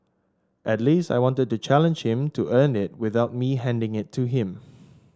at least I wanted to challenge him to earn it without me handing it to him